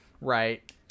right